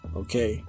okay